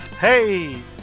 hey